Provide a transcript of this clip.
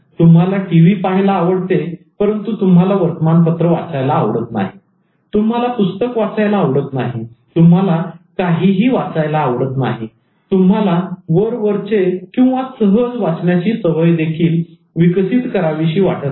तुम्हाला टीव्ही पाहायला आवडते परंतु तुम्हाला वर्तमानपत्र वाचायला आवडत नाही तुम्हाला पुस्तक वाचायला आवडत नाही तुम्हाला काहीही वाचायला आवडत नाही तुम्हाला वरवरचेसहज वाचण्याची सवय देखील विकसित करावीशी वाटत नाही